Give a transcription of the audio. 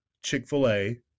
Chick-fil-A